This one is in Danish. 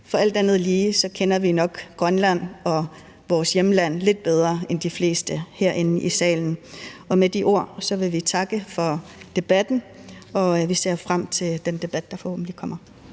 for alt andet lige kender vi nok Grønland, vores hjemland, lidt bedre end de fleste herinde i salen. Med de ord vil vi takke for debatten, og vi ser frem til den debat, der forhåbentlig kommer.